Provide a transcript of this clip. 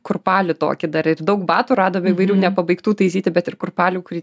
kurpalį tokį dar ir daug batų radom įvairių nepabaigtų taisyti bet ir kurpalių kurį